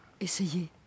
Essayez